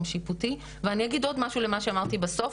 שיפוטי ואני אגיד עוד משהו למה שאמרתי בסוף,